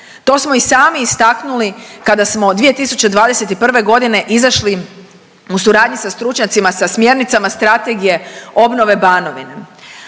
To smo i sami istaknuli kada smo 2021.g. izašli u suradnji sa stručnjacima sa smjernicama strategije obnove Banovine,